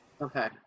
Okay